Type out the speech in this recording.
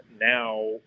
now